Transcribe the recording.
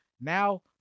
Now